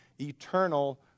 eternal